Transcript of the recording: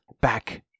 back